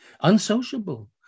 unsociable